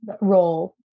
role